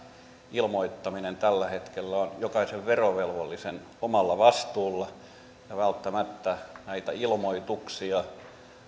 ilmoittaminen tällä hetkellä on jokaisen verovelvollisen omalla vastuulla ja välttämättä näitä ilmoituksia